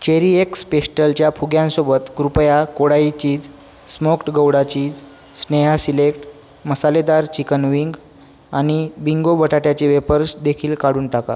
चेरीएक्स पेस्टलच्या फुग्यांसोबत कृपया Kodai cheese smoked gouda cheese Sneha select मसालेदार चिकन विंग आणि बिंगो बटाट्याचे वेफर्स देखील काढून टाका